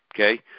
Okay